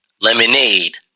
lemonade